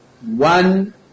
one